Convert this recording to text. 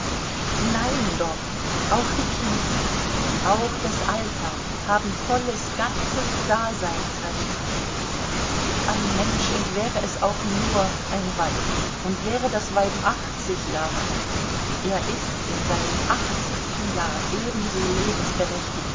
nein doch auch die kindheit auch das alter haben volles ganzes daseinsrecht ein mensch und wäre es auch nur ein weib und wäre das weib achtzig jahre alt er ist in seinem achtzigsten jahr ebenso